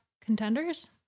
contenders